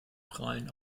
prahlen